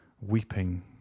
weeping